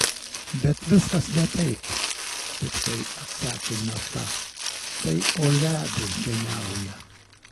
bet viskas ne taip piktai atsakė nata tai olia beždžioniauja